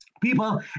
people